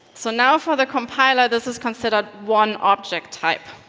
so now, for the compiler, this is considered one object type,